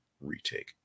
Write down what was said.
retake